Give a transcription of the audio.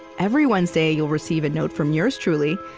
every wednesday, you'll receive a note from yours truly,